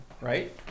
right